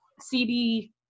CD